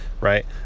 right